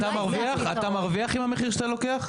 אתה מרוויח עם המחיר שאתה לוקח?